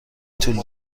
طول